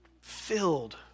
filled